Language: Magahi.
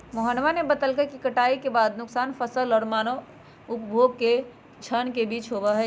मोहनवा ने बतल कई कि कटाई के बाद के नुकसान फसल और मानव उपभोग के क्षण के बीच होबा हई